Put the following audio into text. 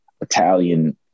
Italian